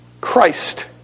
Christ